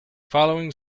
following